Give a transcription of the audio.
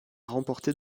remporté